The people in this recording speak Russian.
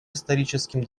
историческим